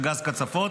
גז קצפות.